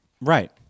Right